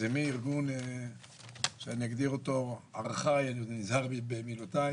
זה מארגון שאגדיר אותו ארכאי אני נזהר במילותיי